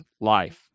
life